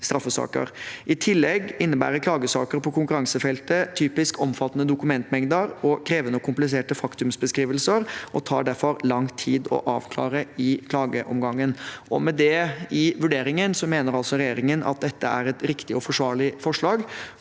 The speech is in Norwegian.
I tillegg innebærer klagesaker på konkurransefeltet typisk omfattende dokumentmengder og krevende og kompliserte faktumsbeskrivelser og tar derfor lang tid å avklare i klagegangen. Med det i vurderingen mener regjeringen at dette er et riktig og forsvarlig forslag,